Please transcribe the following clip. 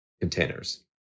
containers